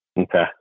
okay